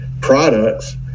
products